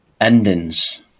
endings